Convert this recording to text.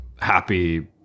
happy